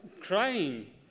crying